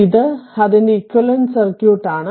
ഇത് അതിന്റെ equivalent circuit ആണ്